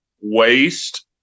waste